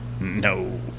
No